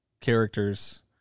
characters